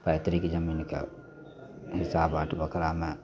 पैतृक जमीनके हिस्सा बाँट बखरामे